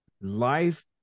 life